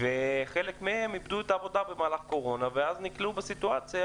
וחלק מהם איבדו את העבודה במהלך הקורונה ואז נקלעו לסיטואציה